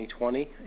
2020